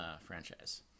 franchise